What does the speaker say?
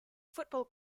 football